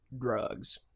drugs